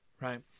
right